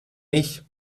mich